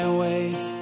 ways